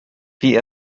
wie